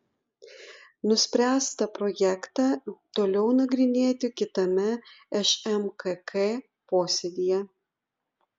nuspręsta projektą toliau nagrinėti kitame šmkk posėdyje